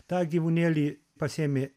tą gyvūnėlį pasiėmė